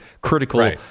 critical